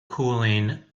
cooling